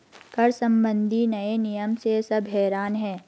कर संबंधी नए नियम से सब हैरान हैं